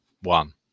one